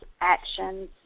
actions